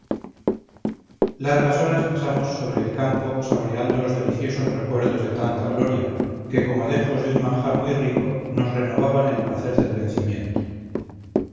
largas horas pasamos sobre el campo saboreando los deliciosos recuerdos de tanta gloria que como dejos de un manjar muy rico nos renovaban el placer del vencimiento